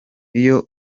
iyo